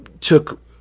took